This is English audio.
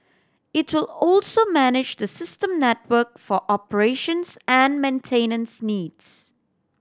it will also manage the system network for operations and maintenance needs